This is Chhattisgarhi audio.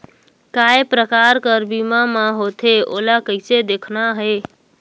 काय प्रकार कर बीमा मा होथे? ओला कइसे देखना है?